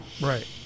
Right